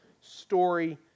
story